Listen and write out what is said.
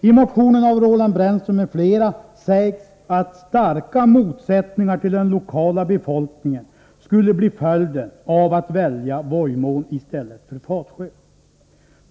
I motionen av Roland Brännström m.fl. sägs att starka reaktioner från den lokala befolkningen skulle bli följden om man väljer Vojmån i stället för Fatsjö.